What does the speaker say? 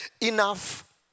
enough